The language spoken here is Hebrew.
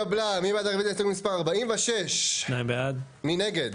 הסט ששומרים רק לביקור שהמלכה מגיעה,